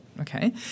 okay